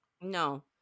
no